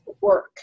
work